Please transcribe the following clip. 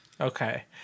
Okay